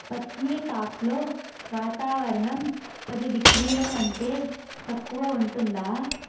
పత్నిటాప్లో వాతావరణం పది డిగ్రీల కంటే తక్కువ ఉంటుందా